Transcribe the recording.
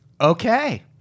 Okay